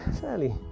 fairly